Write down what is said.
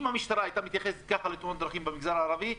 אם המשטרה הייתה מתייחסת ככה לתאונות דרכים במגזר הערבי,